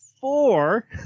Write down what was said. four